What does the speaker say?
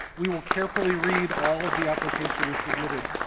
we will carefully read all of the applications submitted.